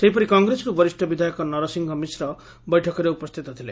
ସେହିପରି କଂଗ୍ରେସରୁ ବରିଷ୍ ବିଧାୟକ ନରସିଂହ ମିଶ୍ର ବୈଠକରେ ଉପସ୍ଥିତ ଥିଲେ